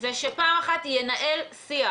שפעם אחת ינהל שיח.